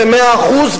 זה מאה אחוז,